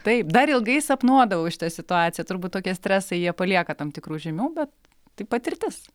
taip dar ilgai sapnuodavau šitą situaciją turbūt tokie stresai jie palieka tam tikrų žymių bet tai patirtis